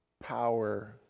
power